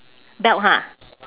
belt ha